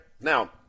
Now